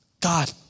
God